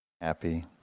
Happy